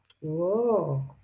Whoa